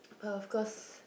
of course